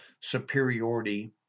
superiority